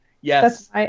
Yes